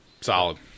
Solid